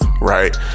right